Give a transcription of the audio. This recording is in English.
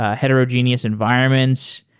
ah heterogeneous environments.